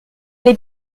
les